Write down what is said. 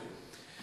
תודה.